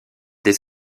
des